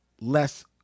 less